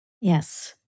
Yes